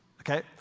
Okay